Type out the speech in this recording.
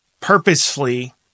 purposefully